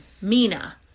Mina